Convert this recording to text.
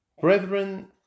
Brethren